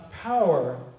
power